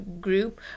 group